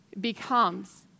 becomes